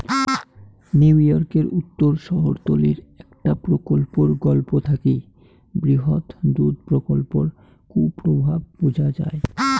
নিউইয়র্কের উত্তর শহরতলীর একটা প্রকল্পর গল্প থাকি বৃহৎ দুধ প্রকল্পর কুপ্রভাব বুঝা যাই